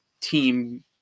team